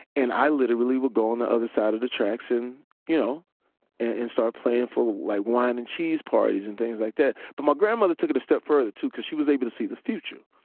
and i literally would go on the other side of the tracks you know and start playing for like wine and cheese parties and things like that. but my grandmother took it a step further, too, because she was able to see the future.